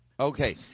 Okay